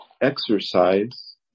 exercise